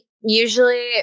usually